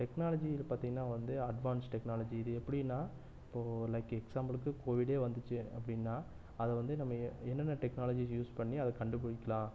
technology இது பார்த்திங்கனா வந்து அட்வான்ஸ் டெக்னாலஜி இது எப்படின்னா இப்போ லைக் எக்ஸாம்பிளுக்கு கோவிடே வந்துச்சு அப்படின்னா அதை வந்து நம்ம என்னென்ன டெக்னாலஜிஸ் யூஸ் பண்ணி அதை கண்டுப்பிடிக்கிலாம்